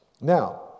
Now